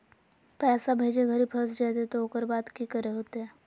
पैसा भेजे घरी फस जयते तो ओकर बाद की करे होते?